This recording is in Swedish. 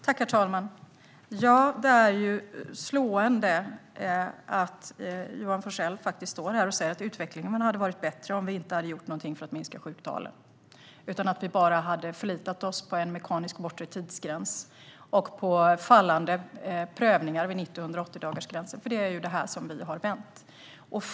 Herr talman! Det är slående att Johan Forssell faktiskt står här och säger att utvecklingen skulle ha varit bättre om vi inte hade gjort något för att minska sjuktalen utan bara förlitat oss på en mekanisk bortre tidsgräns och på fallande prövningar vid 90 och 180-dagarsgränsen. Det är ju detta som vi har vänt.